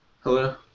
Hello